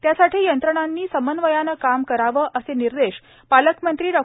त्यासाठी यंत्रणांनी समन्वयाने काम करावे असे निर्देश पालकमंत्री डॉ